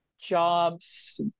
jobs